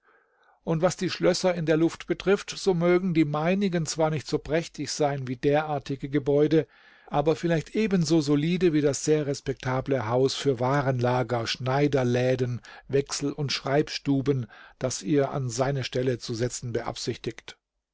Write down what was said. und was die schlösser in der luft betrifft so mögen die meinigen zwar nicht so prächtig sein wie derartige gebäude aber vielleicht ebenso solide wie das sehr respektable haus für warenlager schneiderläden wechsel und schreibstuben das ihr an seine stelle zu setzen beabsichtigt